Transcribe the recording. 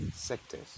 sectors